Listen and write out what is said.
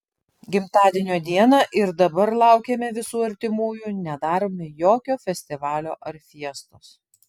gimtadienio dieną ir dabar laukiame visų artimųjų nedarome jokio festivalio ar fiestos